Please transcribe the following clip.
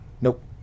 nope